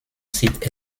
site